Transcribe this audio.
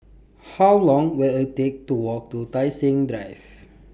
How Long Will IT Take to Walk to Tai Seng Drive